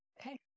Okay